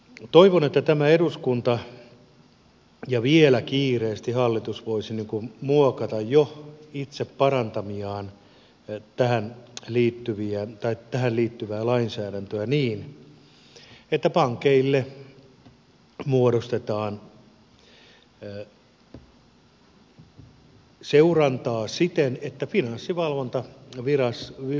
toivon että tämä eduskunta ja vielä kiireesti hallitus voisivat muokata jo itse parantamaansa tähän liittyvää lainsäädäntöä niin että pankeille muodostetaan seurantaa siten että finanssivalvonta on viraston